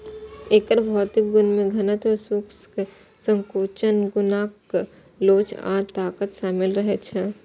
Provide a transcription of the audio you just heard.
एकर भौतिक गुण मे घनत्व, शुष्क संकोचन गुणांक लोच आ ताकत शामिल रहै छै